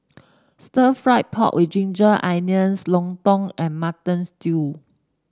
Stir Fried Pork with Ginger Onions Lontong and Mutton Stew